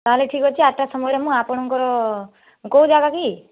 ତାହେଲେ ଠିକ ଅଛି ଆଠଟା ସମୟରେ ମୁଁ ଆପଣଙ୍କର କେଉଁ ଜାଗା କି